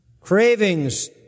cravings